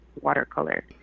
watercolor